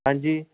ਹਾਂਜੀ